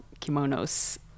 kimonos